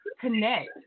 Connect